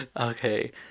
Okay